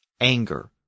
anger